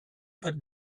but